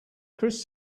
chris